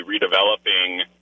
redeveloping